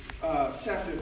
chapter